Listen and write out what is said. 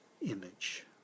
image